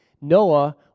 Noah